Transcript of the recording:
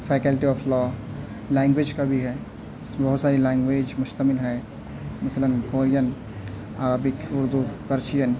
faculty of law language کا بھی ہے جس میں بہت ساری لینگویج مشتمل ہیں مثلاً کورین عربک اردو پرشین